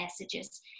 messages